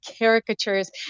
caricatures